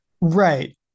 Right